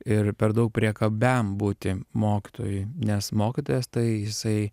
ir per daug priekabiam būti mokytojui nes mokytojas tai jisai